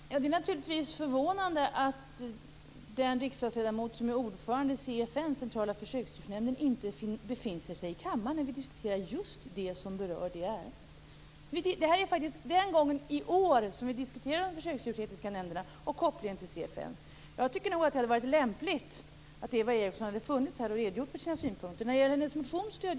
Herr talman! Det är naturligtvis förvånande att den riksdagsledamot som är ordförande i CFN, Centrala försöksdjursnämnden, inte befinner sig i kammaren när vi diskuterar just det som berör den nämnden. Det här är den gång i år som de djurförsöksetiska nämnderna och kopplingen till CFN diskuteras. Det hade varit lämpligt att Eva Eriksson hade varit här för att redovisa sina synpunkter. Jag stöder hennes motion.